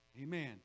Amen